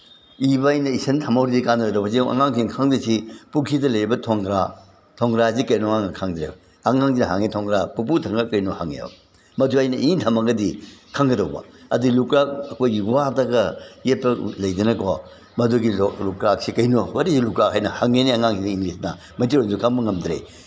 ꯏꯕ ꯑꯅ ꯏꯁꯟ ꯊꯝꯍꯧꯔꯤꯁꯦ ꯀꯥꯅꯔꯗꯧꯅꯤ ꯍꯧꯖꯤꯛ ꯑꯉꯥꯡꯁꯤꯡ ꯈꯪꯗꯣꯏꯁꯤ ꯄꯨꯈꯤꯗ ꯂꯩꯔꯤꯕ ꯊꯣꯡꯒ꯭ꯔꯥ ꯊꯣꯡꯒ꯭ꯔꯥꯁꯤ ꯀꯩꯅꯣ ꯍꯪꯉꯒ ꯈꯪꯗ꯭ꯔꯦꯕ ꯑꯉꯥꯡꯁꯤꯡꯅ ꯍꯪꯉꯦ ꯊꯣꯡꯒ꯭ꯔꯥ ꯄꯨꯄꯨ ꯊꯣꯡꯒ꯭ꯔꯥ ꯀꯩꯅꯣ ꯍꯪꯉꯦꯕ ꯃꯗꯨꯗ ꯑꯩꯅ ꯏ ꯊꯝꯃꯒꯗꯤ ꯈꯪꯒꯗꯧꯕ ꯑꯗꯨ ꯂꯨꯀ꯭ꯔꯥꯛ ꯑꯩꯈꯣꯏꯒꯤ ꯋꯥꯗꯒ ꯌꯦꯠꯄ ꯂꯩꯗꯅꯀꯣ ꯃꯗꯨꯒꯤꯗꯣ ꯂꯨꯀ꯭ꯔꯥꯛꯁꯦ ꯀꯩꯅꯣ ꯋꯥꯠ ꯏꯁ ꯂꯨꯀ꯭ꯔꯥꯛ ꯍꯥꯏꯅ ꯍꯪꯉꯦꯅꯦ ꯑꯉꯥꯡꯁꯤꯡꯗ ꯏꯪꯂꯤꯁꯅ ꯃꯩꯇꯩꯂꯣꯟꯁꯨ ꯈꯕ ꯉꯝꯗ꯭ꯔꯦ